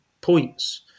points